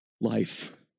life